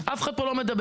אף אחד פה לא מדבר.